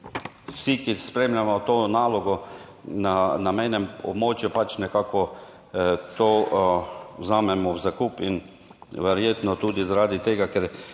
vsi, ki spremljamo to nalogo na mejnem območju, pač nekako to vzamemo v zakup in verjetno tudi zaradi tega, ker